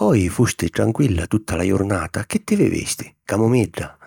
Oji fusti tranquilla tutta la jurnata, chi ti vivisti camumidda?